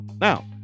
Now